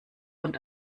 und